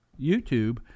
YouTube